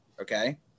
okay